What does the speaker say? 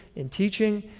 in teaching,